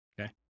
Okay